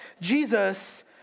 Jesus